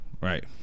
Right